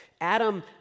Adam